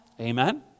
amen